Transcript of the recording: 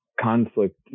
conflict